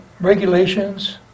regulations